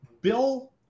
Bill